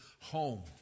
home